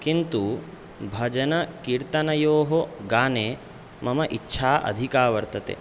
किन्तु भजनकीर्तनयोः गाने मम इच्छा अधिका वर्तते